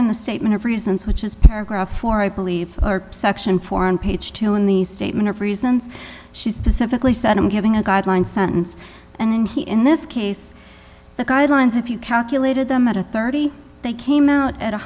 in the statement of reasons which is paragraph four i believe section four in page two in the statement of reasons she specifically said i'm giving a guideline sentence and then he in this case the guidelines if you calculated them at a thirty they came out at